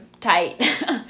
tight